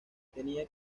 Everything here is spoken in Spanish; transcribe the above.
tenía